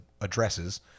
addresses